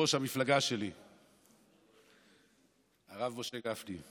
יושב-ראש המפלגה שלי הרב משה גפני,